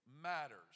matters